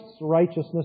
righteousness